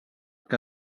que